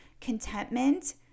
contentment